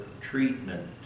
treatment